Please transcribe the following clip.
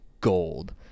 gold